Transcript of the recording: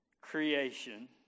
creation